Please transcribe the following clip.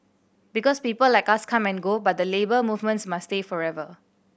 because people like us come and go but the Labour Movements must stay forever